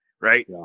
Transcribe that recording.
Right